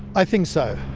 i think so.